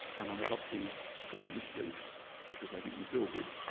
and i'm adopting religious beliefs because they make me feel good.